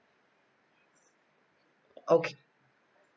okay